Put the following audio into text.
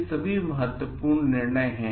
ये महत्वपूर्ण निर्णय हैं